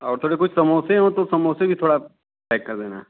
और थोड़े कुछ समोसे हों तो समोसे भी थोड़ा पैक कर देना